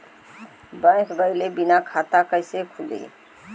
Bank गइले बिना खाता कईसे खुली?